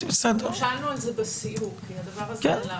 גם אנחנו שאלנו בסיור כי הדבר הזה עלה,